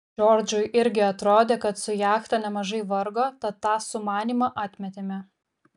džordžui irgi atrodė kad su jachta nemažai vargo tad tą sumanymą atmetėme